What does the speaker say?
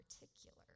particular